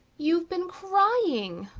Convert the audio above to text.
you've been crying,